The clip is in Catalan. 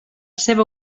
seva